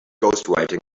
ghostwriting